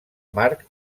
marc